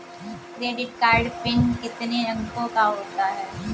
Credit card का pin कितने अंकों का होता है?